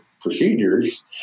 procedures